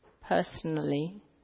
personally